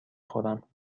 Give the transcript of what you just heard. خورم